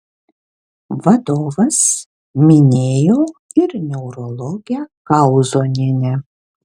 vadovas minėjo ir neurologę kauzonienę